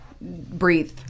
Breathe